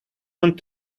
want